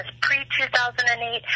pre-2008